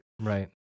Right